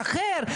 אחר,